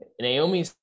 Naomi